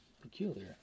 Peculiar